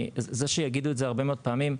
זה שיגידו את זה הרבה מאוד פעמים,